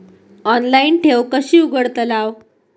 Online ठेव कशी उघडतलाव?